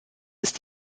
ist